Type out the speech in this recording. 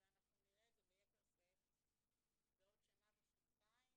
ואנחנו נראה את זה ביתר שאת בעוד שנה ושנתיים.